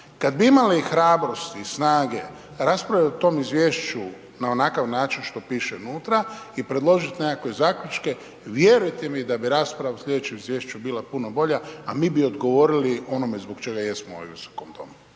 kad bi imali hrabrosti i snage raspravljat o tome izvješću na onakav način što piše unutra i predložit nekakve zaključke vjerujte mi da bi rasprava u slijedećem izvješću bila puno bolja, a mi odgovorili onome zbog čega jesmo u ovom visokom domu.